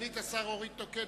סגנית השר אורית נוקד.